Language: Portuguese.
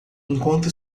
enquanto